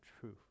truth